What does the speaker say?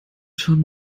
schon